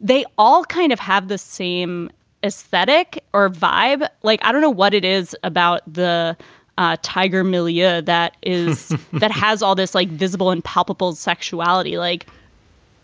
they all kind of have the same aesthetic or vibe. like, i don't know what it is about the ah tiger millia that is that has all this like visible and palpable duality like